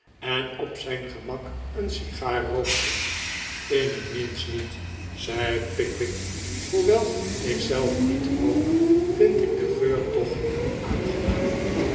en op zijn gemak een sigaar rookte in het minst niet zei pickwick hoewel ik zelf niet rook vind ik den geur toch heel aangenaam